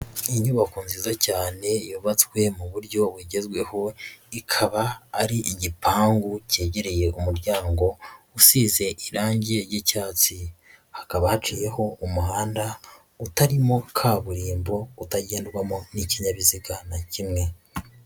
Inyubako nziza cyane yubatswe mu buryo bugezweho ikaba ari igipangu cyegereye umuryango usize irange ry'icyatsi, hakaba haciyeho umuhanda utarimo kaburimbo utagendwamo n'ikinyabiziga na kimwe.